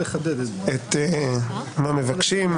את מה מבקשים?